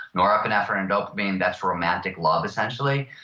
norepinephrine, dopamine, that's romantic love essentially.